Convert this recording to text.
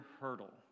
hurdle